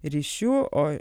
ryšių o